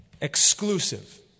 exclusive